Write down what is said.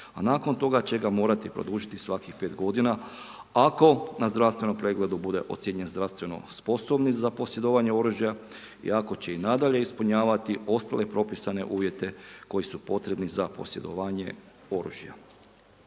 a nakon toga će ga morati produžiti svakih 5 godina ako na zdravstvenom pregledu bude ocijenjen zdravstveno sposobnim za posjedovanje oružja i ako će i nadalje ispunjavati ostale propisane uvjete koji su potrebni za posjedovanje oružja.